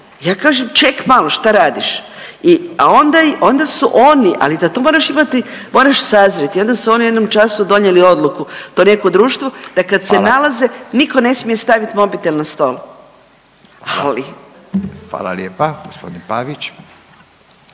Ja kažem ček malo šta radiš i, a onda, onda su oni, ali za to moraš imati, moraš sazrjeti i onda su oni u jednom času donijeli odluku, to neko društvo, da kad se nalaze…/Upadica Radin: Hvala/…niko ne smije stavit mobitel na stol, ali. **Radin, Furio